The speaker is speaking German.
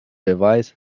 beweis